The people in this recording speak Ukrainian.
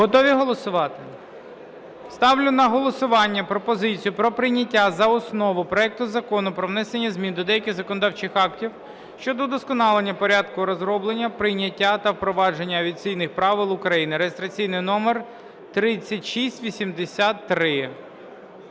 Готові голосувати? Ставлю на голосування пропозицію про прийняття за основу проекту Закону про внесення змін до деяких законодавчих актів щодо удосконалення порядку розроблення, прийняття та впровадження авіаційних правил України (реєстраційний номер 3683).